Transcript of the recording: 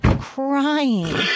Crying